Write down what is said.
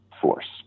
force